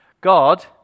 God